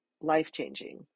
life-changing